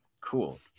cool